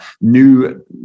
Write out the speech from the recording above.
new